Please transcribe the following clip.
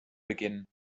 beginnen